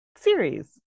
series